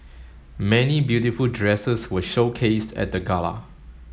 many beautiful dresses were showcased at the gala